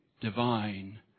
divine